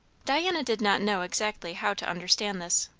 diana did not know exactly how to understand this.